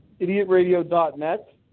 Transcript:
idiotradio.net